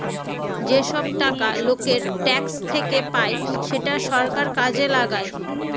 যেসব টাকা লোকের ট্যাক্স থেকে পায় সেটা সরকার কাজে লাগায়